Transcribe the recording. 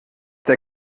der